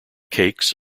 cakes